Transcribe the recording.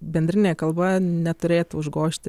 bendrinė kalba neturėtų užgožti